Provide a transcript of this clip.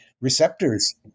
receptors